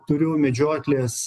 turiu medžioklės